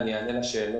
אני מבקש מכם,